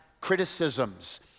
criticisms